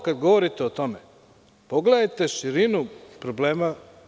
Kada govorite o tome, pogledajte širinu problema.